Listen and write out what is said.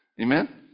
Amen